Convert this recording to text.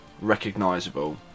recognisable